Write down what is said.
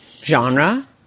genre